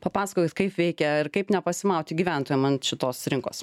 papasakokit kaip veikia ir kaip nepasimauti gyventojam ant šitos rinkos